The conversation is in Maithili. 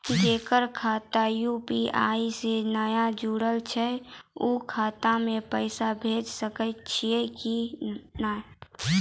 जेकर खाता यु.पी.आई से नैय जुटल छै उ खाता मे पैसा भेज सकै छियै कि नै?